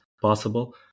possible